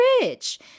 rich